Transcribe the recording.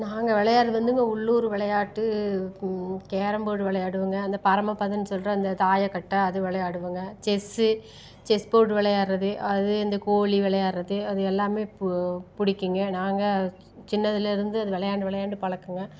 நாங்கள் விளையாடுகிறது வந்துங்க உள்ளூர் விளையாட்டு கேரம் போர்டு விளையாடுவோங்க அந்த பரமபதம்ன்னு சொல்கிற அந்த தாயக்கட்டை அது விளையாடுவோங்க செஸ் செஸ் போர்டு விளையாடுகிறது அது இந்த கோலி விளையாடுகிறது அது எல்லாமே பு பிடிக்குங்க நாங்கள் சின்னதுலேருந்து அது விளையாண்டு விளையாண்டு பழக்கங்கள்